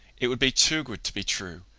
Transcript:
it would be too good to be true.